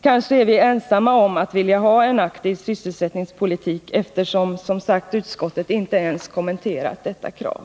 Kanske är vi ensamma om att vilja ha en aktiv sysselsättningspolitik, eftersom utskottet som sagt inte ens kommenterat detta krav.